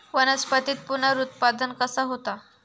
वनस्पतीत पुनरुत्पादन कसा होता?